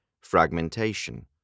fragmentation